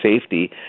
safety